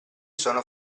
sono